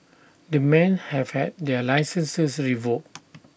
the men have had their licences revoked